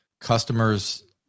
customers